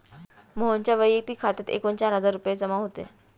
मोहनच्या वैयक्तिक खात्यात एकूण चार हजार रुपये जमा होते